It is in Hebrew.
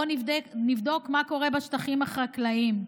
בואו נבדוק מה קורה בשטחים החקלאיים: